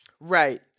Right